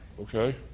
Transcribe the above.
okay